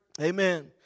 Amen